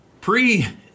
pre